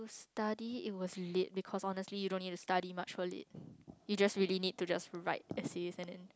study it was lit because honestly you don't have to study much for lit you just really need to just write essays and then